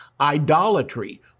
idolatry